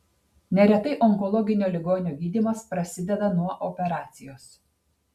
neretai onkologinio ligonio gydymas prasideda nuo operacijos